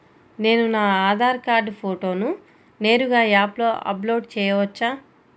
నేను నా ఆధార్ కార్డ్ ఫోటోను నేరుగా యాప్లో అప్లోడ్ చేయవచ్చా?